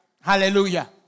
Hallelujah